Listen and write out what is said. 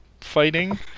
fighting